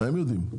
הם יודעים.